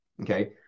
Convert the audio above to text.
okay